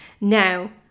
Now